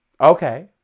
Okay